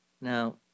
Now